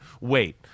wait